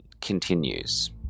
continues